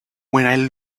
when